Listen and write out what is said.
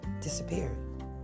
disappeared